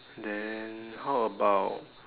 then how about